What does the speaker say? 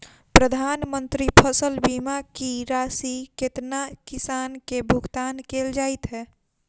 प्रधानमंत्री फसल बीमा की राशि केतना किसान केँ भुगतान केल जाइत है?